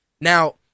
Now